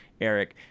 eric